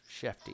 Shefty